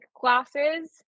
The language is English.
glasses